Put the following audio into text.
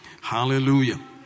Hallelujah